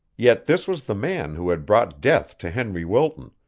yet this was the man who had brought death to henry wilton,